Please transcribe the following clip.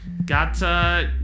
Got